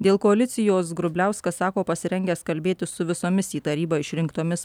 dėl koalicijos grubliauskas sako pasirengęs kalbėtis su visomis į tarybą išrinktomis